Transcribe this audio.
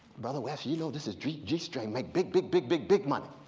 brother west, you know this this g-string make big, big, big, big, big money.